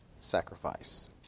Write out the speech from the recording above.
sacrifice